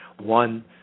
one